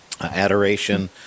adoration